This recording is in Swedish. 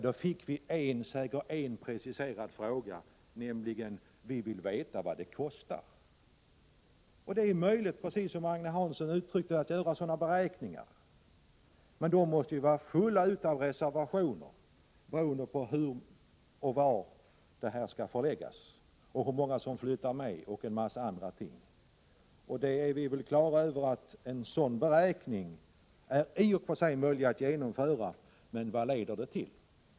Vi fick då en, säger en, preciserad fråga — nämligen att man ville veta vad det kostar. Det är möjligt att precis som Agne Hansson uttryckte det göra sådana beräkningar. Men de måste bli fulla av reservationer beroende på hur och var det här skall förläggas, hur många som flyttar med och en mängd andra ting. Vi är väl på det klara med att det i och för sig är möjligt att genomföra en sådan beräkning. Men vad leder den till?